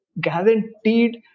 guaranteed